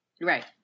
Right